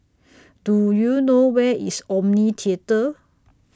Do YOU know Where IS Omni Theatre